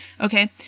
Okay